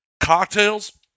cocktails